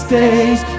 days